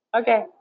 okay